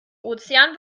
ozean